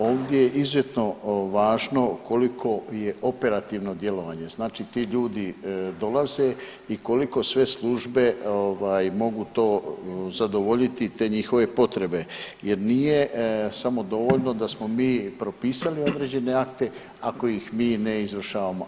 Ovdje je izuzetno važno koliko je operativno djelovanje, znači ti ljudi dolaze i koliko sve službe ovaj mogu to zadovoljiti te njihove potrebe jer nije samo dovoljno da smo mi propisali određene akte ako ih mi ne izvršavamo.